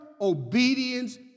obedience